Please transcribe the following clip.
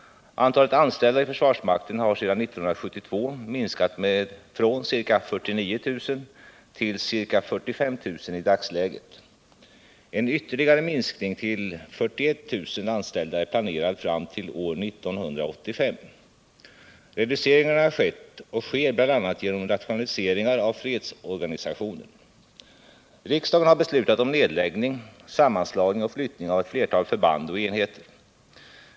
Antalet anställda i försvarsmakten har sedan år 1972 minskat från ca 49 000 till ca 45 000 i dagsläget. En ytterligare minskning till 41 000 anställda är planerad fram till år 1985. Reduceringarna har skett och sker bl.a. genom rationaliseringar av fredsorganisationen. Riksdagen har beslutat om nedläggning, sammanslagning och flyttning av ett flertal förband och enheter.